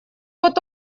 вот